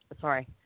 sorry